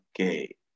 okay